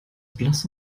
blass